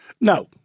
No